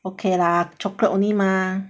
okay lah chocolate only mah